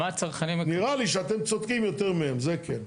נראה לי שאתם צודקים יותר מהם, זה כן.